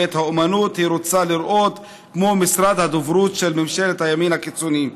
ואת האומנות היא רוצה לראות כמו משרד הדוברות של ממשלת הימין הקיצוני.